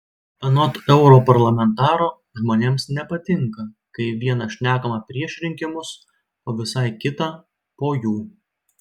anot europarlamentaro žmonėms nepatinka kai viena šnekama prieš rinkimus o visai kita po jų